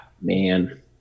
man